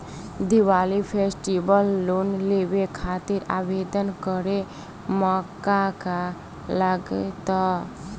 Diwali festival loan लेवे खातिर आवेदन करे म का का लगा तऽ?